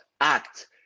act